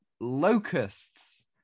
locusts